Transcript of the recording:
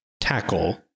tackle